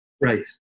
Right